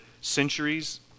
centuries